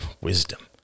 wisdom